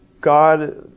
God